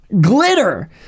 glitter